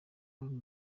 bava